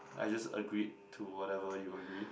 I just agreed to whatever you agree